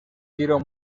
tiro